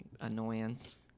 annoyance